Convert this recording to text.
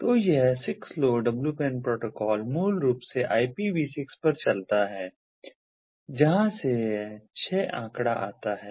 तो यह 6LoWPAN protocol मूल रूप से IPV6 पर चलता है जहां से यह 6 आंकड़ा आता है